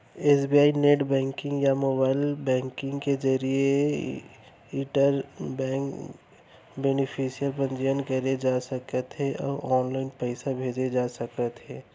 SBI net banking या mobile banking के जरिए इंटर बेंक बेनिफिसियरी पंजीयन करे जा सकत हे अउ ऑनलाइन पइसा भेजे जा सकत हे